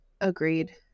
Agreed